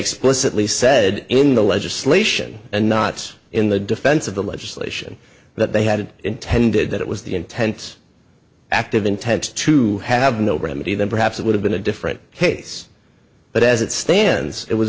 explicitly said in the legislation and knots in the defense of the legislation that they had intended that it was the intent active intent to have no remedy then perhaps it would have been a different case but as it stands it was